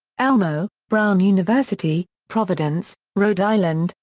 elmo, brown university, providence, rhode island,